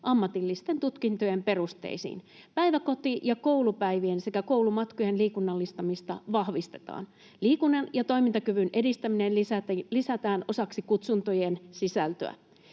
ammatillisten tutkintojen perusteisiin. Päiväkoti‑ ja koulupäivien sekä koulumatkojen liikunnallistamista vahvistetaan. Liikunnan ja toimintakyvyn edistäminen lisätään osaksi kutsuntojen sisältöä.